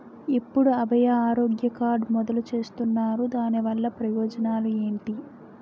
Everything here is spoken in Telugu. ఎప్పుడు అభయ ఆరోగ్య కార్డ్ మొదలు చేస్తున్నారు? దాని వల్ల ప్రయోజనాలు ఎంటి?